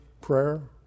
prayer